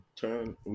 turn